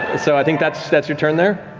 so i think that's that's your turn there.